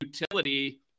utility